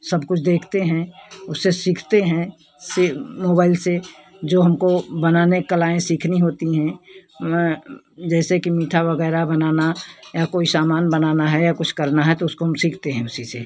सब कुछ देखते हैं उससे सीखते हैं से मोबाइल से जो हमको बनाने कलाएँ सीखनी होती हैं जैसे कि मीठा वगैरह बनाना या कोई सामान बनाना है या कुछ करना है तो उसको हम सीखते हैं उसी से